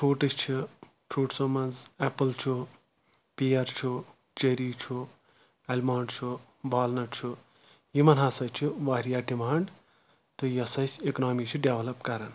fruits چھِ فروٗٹسو منٛز ایپٕل چھُ پِیَر چھُ چری چھُ اَیٚلمَنٛڈ چھُ وَالنَٹ چھُ یِمَن ہَسا چھِ واریاہ ڈِمانٛڈ تہٕ یۄس اَسہِ اِکنامی چھِ ڈؠولَپ کَرَان